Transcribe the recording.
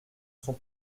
sont